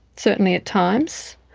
certainly at times,